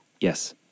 Yes